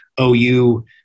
OU